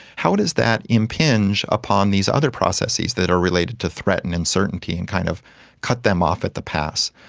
how does that impinge upon these other processes that that are related to threat and uncertainty and kind of cut them off at the pass.